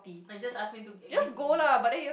like just ask me to